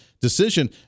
decision